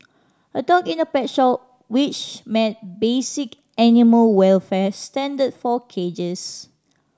a dog in a pet shop which met basic animal welfare standard for cages